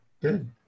Good